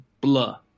blah